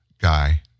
guy